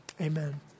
Amen